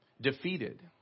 Defeated